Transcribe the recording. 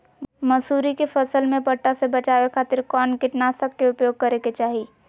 मसूरी के फसल में पट्टा से बचावे खातिर कौन कीटनाशक के उपयोग करे के चाही?